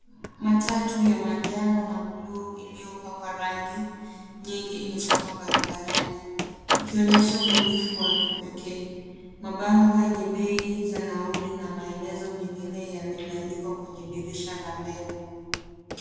Matatu ya manjano na bluu iliyopakwa rangi nyingi imesimama barabarani ikionyesha ubunifu wa kipekee. Mabango yenye bei za nauli na maelezo mengine yamebandikwa kwenye dirisha la mbele.